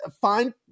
fine